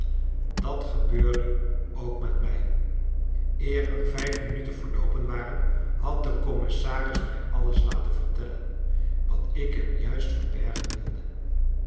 dat gebeurde ook met mij eer er vijf minuten verloopen waren had de commissaris mij alles laten vertellen wat ik hem juist verbergen wilde